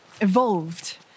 evolved